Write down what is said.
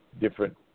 different